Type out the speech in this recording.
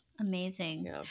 Amazing